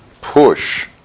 push